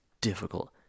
difficult